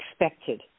expected